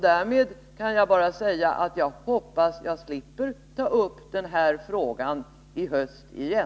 Därmed kan jag bara säga att jag hoppas att jag slipper ta upp frågan i höst igen.